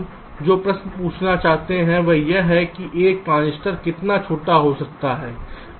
अब हम जो प्रश्न पूछना चाहते हैं वह यह है कि एक ट्रांजिस्टर कितना छोटा हो सकता है